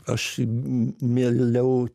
aš mieliau